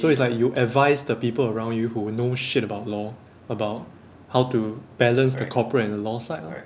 so it's like you advise the people around you who know shit about law about how to balance the corporate and the law side lor